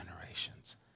generations